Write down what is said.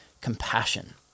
compassion